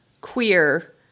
queer